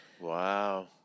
Wow